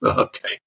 Okay